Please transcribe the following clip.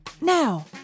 Now